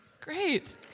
Great